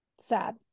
sad